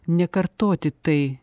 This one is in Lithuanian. nekartoti tai